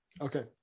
Okay